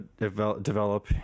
develop